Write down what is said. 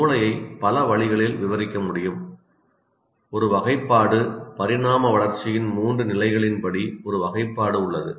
மூளையை பல வழிகளில் விவரிக்க முடியும் ஒரு வகைப்பாடு பரிணாம வளர்ச்சியின் மூன்று நிலைகளின்படி ஒரு வகைப்பாடு உள்ளது